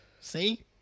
See